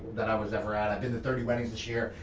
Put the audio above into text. that i was ever at. i've been to thirty weddings this year.